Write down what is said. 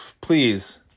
Please